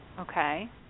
Okay